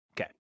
Okay